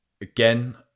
Again